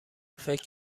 فکر